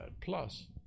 plus